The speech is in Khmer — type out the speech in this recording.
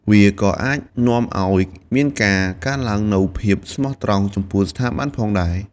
វាក៏អាចនាំឱ្យមានការកើនឡើងនូវភាពស្មោះត្រង់ចំពោះស្ថាប័នផងដែរ។